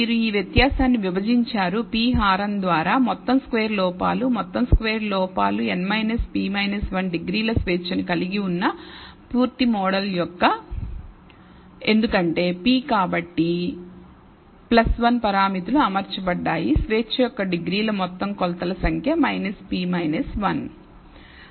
మీరు ఈ వ్యత్యాసాన్ని విభజించారు p హారం ద్వారా మొత్తం స్క్వేర్డ్ లోపాలు మొత్తం స్క్వేర్డ్ లోపాలు n p 1 డిగ్రీల స్వేచ్ఛను కలిగి ఉన్న పూర్తి మోడల్ యొక్క ఎందుకంటే p కాబట్టి 1 పారామితులు అమర్చబడ్డాయి స్వేచ్ఛ యొక్క డిగ్రీలు మొత్తం కొలతల సంఖ్య p 1